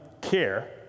care